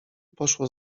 poszło